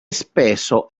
spesso